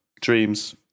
dreams